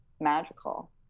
magical